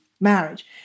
marriage